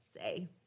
say